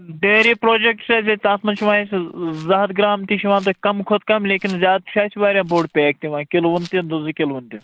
dairy project چھُ اَسہِ ییٚتہِ تَتھ منٛز ویسے زٕ ہَتھ گرام تہِ چھِ یِوان تَتہِ کَم کھۄتہٕ کَم لیکِن زیادٕ چھ اَسہ وارِیاہ بوٚڈ پیک تہِ یِوان کِلوُن تہِ دُ زٕ کِلوُن تہِ